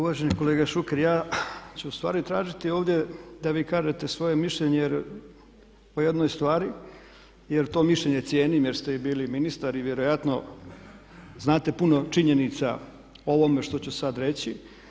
Uvaženi kolega Šuker, ja ću ustvari tražiti ovdje da vi kažete svoje mišljenje o jednoj stvari jer to mišljenje cijenim jer ste i bili ministar i vjerojatno znate puno činjenica o ovome što ću sad reći.